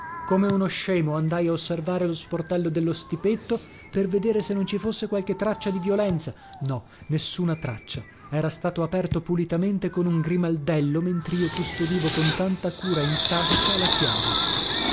come uno scemo andai a osservare lo sportello dello stipetto per vedere se non ci fosse qualche traccia di violenza no nessuna traccia era stato aperto pulitamente con un grimaldello mentrio custodivo con tanta cura in tasca la chiave